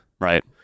right